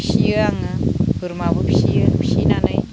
फिसियो आङो बोरमाबो फिसियो फिसिनानै